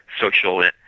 social